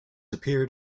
appeared